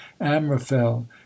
Amraphel